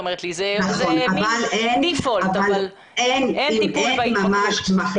אני אומרת את זה כהדיוט ולא כאיש מקצוע.